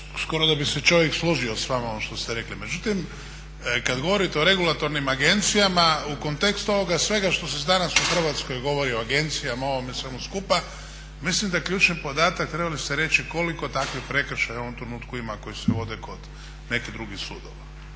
skoro da bi se čovjek složio s vama ono što ste rekli, međutim kad govorite o regulatornim agencijama u kontekstu ovoga svega što se danas u Hrvatskoj govori o agencijama, o ovome svemu skupa mislim da je ključni podatak trebali ste reći koliko takvih prekršaja u ovom trenutku ima koji se vode kod nekih drugih sudova.